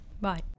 Bye